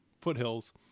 foothills